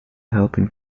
helping